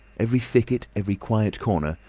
every thicket, every quiet corner.